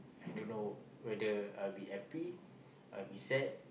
I don't know whether I'll be happy I'll be sad